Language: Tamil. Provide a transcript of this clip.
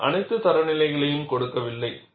நான் அனைத்து தரநிலைகளையும் கொடுக்கவில்லை